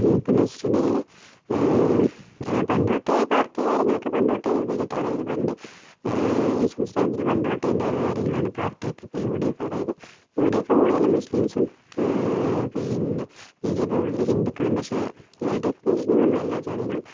ഇപ്പോന്ന് വെച്ചിട്ടുണ്ടെങ്കിൽ പണ്ടുതൊട്ടേ ഈ പാർട്ടി കാര്യങ്ങളൊക്കെ പണ്ട് തൊട്ടേ രൂപീകരി അതായത് പണ്ട് ഈ സംസ്ഥാനത്തില് പണ്ട് തൊട്ടേ ഉണ്ടായിരുന്ന കാര്യങ്ങളാണ് പാർട്ടി ഒക്കെ ഇപ്പോൾ യു ഡി എഫ് അതായത് യു ഡി എഫ് കൂടുതലും മുസ്ലിംസും പിന്നെ ബി ജെ പി കൂടുതലും ഹിന്ദുക്കളും പക്ഷേ എൽ ഡി എഫ് എന്ന് വച്ചിട്ടുണ്ടെങ്കിൽ നമ്മുടെ എല്ലാ ജാതികളും